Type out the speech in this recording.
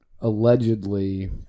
allegedly